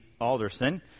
Alderson